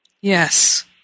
Yes